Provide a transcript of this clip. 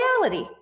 reality